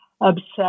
obsessed